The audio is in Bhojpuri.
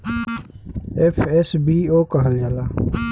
एफ.एस.बी.ओ कहल जाला